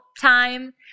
time